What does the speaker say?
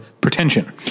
pretension